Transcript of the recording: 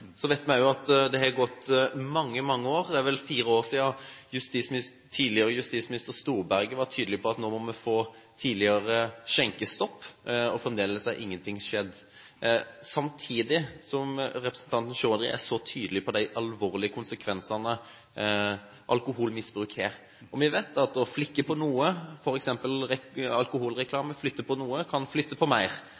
Så vet vi også at det har gått mange år – det er vel fire år – siden tidligere justisminister Storberget var tydelig på at vi måtte få tidligere skjenkestopp. Fremdeles har ingenting skjedd – samtidig som representanten Chaudhry er så tydelig på de alvorlige konsekvensene alkoholmisbruk har. Vi vet at det å flytte på noe,